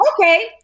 okay